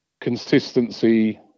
consistency